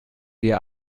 ihr